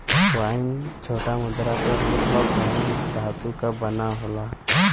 coin छोटा मुद्रा क रूप हौ कॉइन धातु क बना होला